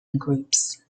groups